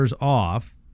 off